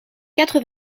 quatre